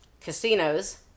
casinos